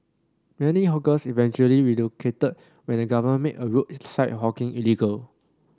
many hawkers eventually relocated when the government made roadside hawking illegal